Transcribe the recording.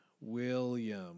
William